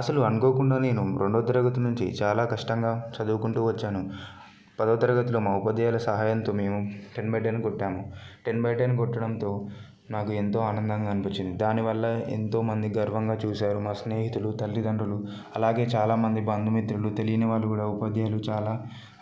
అసలు అనుకోకుండా నేను రెండవ తరగతి నుంచి చాలా కష్టంగా చదువుకుంటూ వచ్చాను పదవ తరగతిలో మా ఉపాధ్యాయుల సహాయంతో మేము టెన్ బై టెన్ కొట్టాము టెన్ బై టెన్ కొట్టడంతో నాకు ఎంతో ఆనందంగా అనిపించింది దానివల్ల ఎంతో మంది గర్వంగా చూసారు మా స్నేహితులు తల్లిదండ్రులు అలాగే చాలా మంది బంధుమిత్రులు తెలియని వాళ్ళు కూడా ఉపాధ్యాయులు చాలా